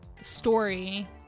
story